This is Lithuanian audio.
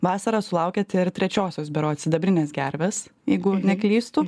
vasarą sulaukėt ir trečiosios berods sidabrines gerves jeigu neklystu